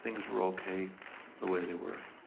things were okay the way they were.